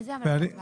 איזה המלצת הוועדה?